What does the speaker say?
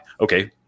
Okay